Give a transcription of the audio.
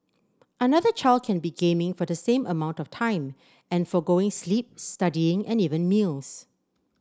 another child can be gaming for the same amount of time and forgoing sleep studying and even meals